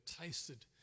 tasted